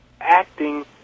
acting